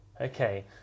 Okay